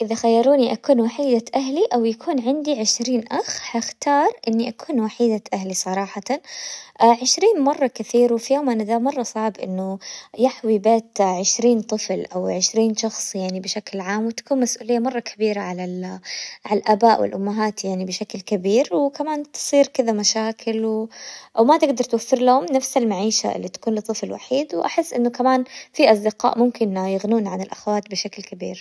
اذا خيروني اكون وحيدة اهلي او يكون عندي عشرين اخ، هختار اني اكون وحيدة اهلي صراحة، عشرين مرة كثير، وفي يومنا ذا مرة صعب انه يحوي بيت عشرين طفل او عشرين شخص يعني بشكل عام، وتكون مسؤولية مرة كبيرة على-على الاباء والامهات يعني بشكل كبير، وكمان تصير كذا مشاكل او ما تقدر توفر لهم نفس المعيشة اللي تكون لطفل وحيد، واحس انه كمان في اصدقاء ممكن يغنون عن الاخوات بشكل كبير.